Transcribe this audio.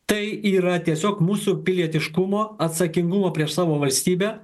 tai yra tiesiog mūsų pilietiškumo atsakingumo prieš savo valstybę